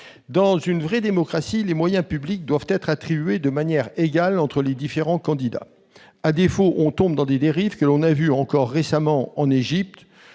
Dans une vraie démocratie, les moyens publics doivent être attribués de manière égale entre les différents candidats. À défaut, on tombe dans des dérives que l'on a vues encore récemment en Égypte,